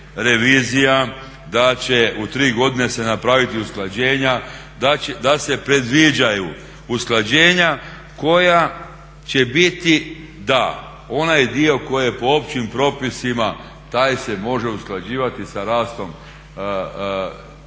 revizija, da će u tri godine se napraviti usklađenja, da se predviđaju usklađenja koja će biti da onaj dio koji je po općim propisima taj se može usklađivati sa rastom, a onaj